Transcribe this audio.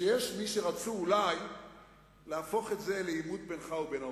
שיש מי שרצו אולי להפוך את זה לעימות בינך לבין האופוזיציה.